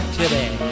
today